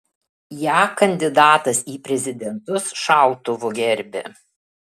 ją kandidatas į prezidentus šautuvu gerbia